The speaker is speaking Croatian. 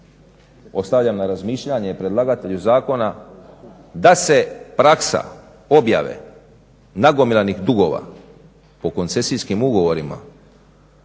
ostavljam na razmišljanje predlagatelju zakona da se praksa objave nagomilanih dugova o koncesijskim ugovorima